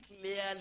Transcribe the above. clearly